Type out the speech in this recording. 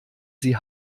sie